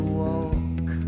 walk